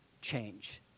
change